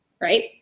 right